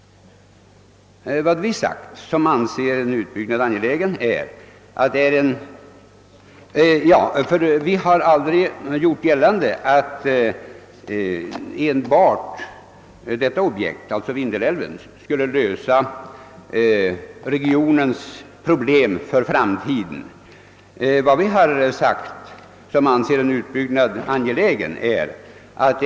Vi som anser en utbyggnad angelägen har aldrig gjort gällande att enbart detta objekt skulle lösa regionens problem för framtiden. Men vi har sagt att det är en god lösning som finns inom räckhåll.